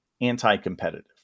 anti-competitive